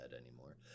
anymore